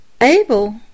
Abel